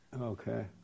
Okay